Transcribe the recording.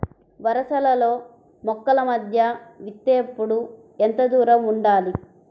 వరసలలో మొక్కల మధ్య విత్తేప్పుడు ఎంతదూరం ఉండాలి?